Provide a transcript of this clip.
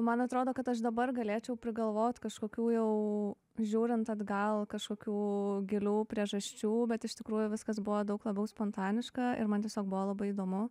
man atrodo kad aš dabar galėčiau prigalvot kažkokių jau žiūrint atgal kažkokių gilių priežasčių bet iš tikrųjų viskas buvo daug labiau spontaniška ir man tiesiog buvo labai įdomu